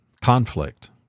Conflict